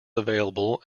available